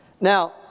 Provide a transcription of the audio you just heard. Now